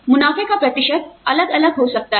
मुनाफे का प्रतिशत अलग अलग हो सकता है